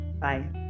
Bye